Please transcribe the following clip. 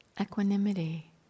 Equanimity